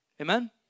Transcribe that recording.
Amen